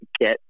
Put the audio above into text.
get